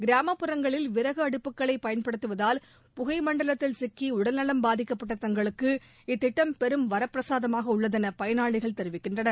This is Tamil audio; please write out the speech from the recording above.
கிராமப்புறங்களில் விறகு அடுப்புகளை பயன்படுத்துவதால் புகை மண்டலத்தில் சிக்கி உடல்நலம் பாதிக்கப்பட்ட தங்களுக்கு இத்திட்டம் பெரும் வரப்பிரசாதமாக உள்ளதென பயனாளிகள் தெரிவிக்கின்றனர்